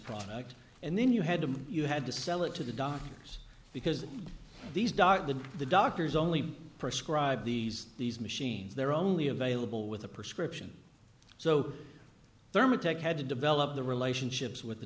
product and then you had to you had to sell it to the doctors because these dart the the doctors only prescribe these these machines they're only available with a prescription so thermaltake had to develop the relationships with the